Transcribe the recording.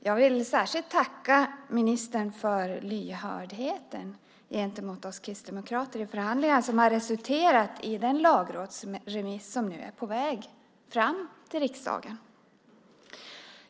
Jag vill särskilt tacka ministern för lyhördheten gentemot oss kristdemokrater i förhandlingarna, som har resulterat i den lagrådsremiss som nu är på väg fram till riksdagen.